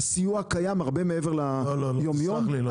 הסיוע קיים הרבה מעבר ליום יום,